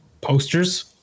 posters